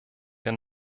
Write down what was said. der